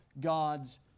God's